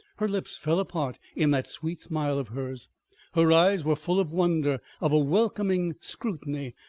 her lips fell apart in that sweet smile of hers her eyes were full of wonder, of a welcoming scrutiny,